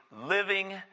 living